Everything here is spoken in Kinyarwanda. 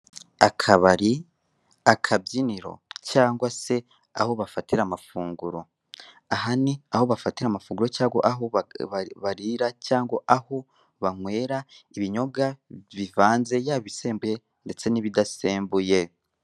Akabari, akabyiniro cyangwa se aho bafatira amafunguro. Aha ni aho bafatira amafunguro cyangwa aho barira cyangwa aho banywera ibinyobwa bivanze yaba ibisembuye ndetse n'ibidasembuye.